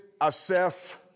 assess